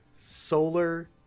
Solar